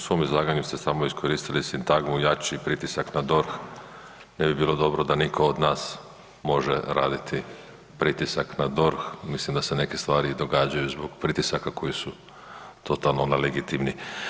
U svom izlaganju ste samo iskoristili sintagmu jači pritisak na DORH, ne bi bilo dobro da neko od nas može raditi pritisak na DORH, mislim da se neke stvari i događaju zbog pritisaka koji su totalno nelegitimni.